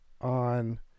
on